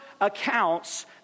accounts